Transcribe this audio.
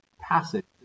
passage